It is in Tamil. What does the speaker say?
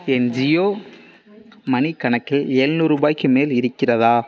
என் ஜியோ மணி கணக்கில் எழுநூறு ரூபாய்க்கி மேல் இருக்கிறதா